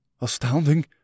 astounding